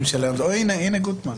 גודמן,